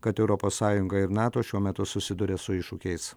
kad europos sąjunga ir nato šiuo metu susiduria su iššūkiais